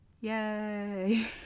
Yay